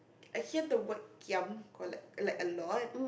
I hear the word kiam or like like a lot